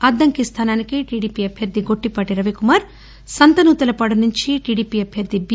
అద్దంకి స్థానానికి టిడిపి అభ్యర్థి గొట్లిపాటి రవికుమార్ సంతనూతల పాడునుంచి టీడిపి అభ్యర్థి బి